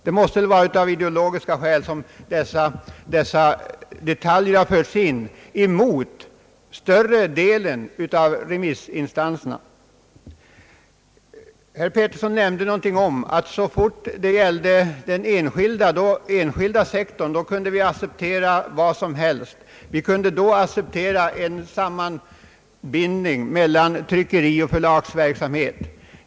Det måste vara av ideologiska skäl som dessa detaljer har förts in emot större delen av remissinstansernas yttranden. Herr Petersson nämnde, att så snart det gällde den enskilda sektorn kunde vi acceptera vad som helst. Vi kunde då acceptera en sammanbindning mellan tryckerioch förlagsverksamhet.